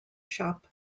shop